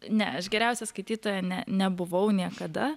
ne aš geriausia skaitytoja ne nebuvau niekada